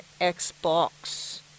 Xbox